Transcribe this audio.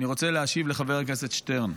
אני רוצה להשיב לחבר הכנסת שטרן.